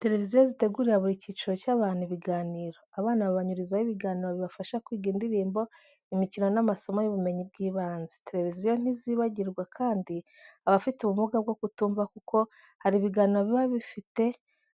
Televiziyo zitegurira buri cyiciro cy'abantu ibiganiro. Abana babanyurizaho ibiganiro bibafasha kwiga indirimbo, imikino n'amasomo y'ubumenyi bw'ibanze. Televiziyo ntizibagirwa kandi abafite ubumuga bwo kutumva kuko hari ibiganiro biba bifite